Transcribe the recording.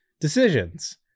decisions